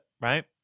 right